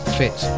fit